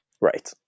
Right